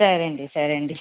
సరే అండి సరే అండి